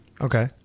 Okay